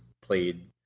played